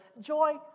Joy